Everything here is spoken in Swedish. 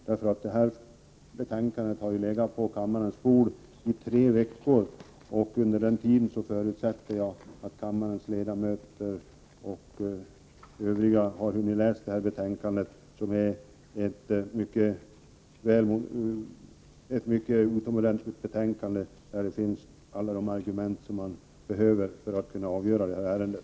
Det betänkande vi nu behandlar har legat på kammarens bord i tre veckor, och jag förutsätter att kammarens ledamöter och andra under den tiden hunnit läsa betänkandet, som är ett utomordentligt betänkande vilket innehåller alla de argument som behövs för att man skall kunna avgöra det här ärendet.